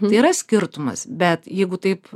yra skirtumas bet jeigu taip